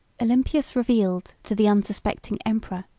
olympius revealed to the unsuspecting emperor,